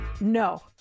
no